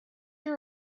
i’m